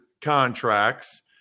contracts